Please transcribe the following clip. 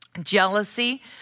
jealousy